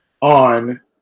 on